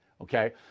Okay